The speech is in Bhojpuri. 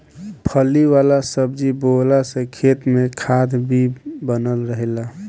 फली वाला सब्जी बोअला से खेत में खाद भी बनल रहेला